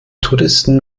touristen